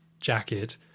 jacket